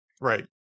Right